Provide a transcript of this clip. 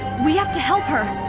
we have to help her!